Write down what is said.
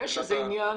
יש איזה עניין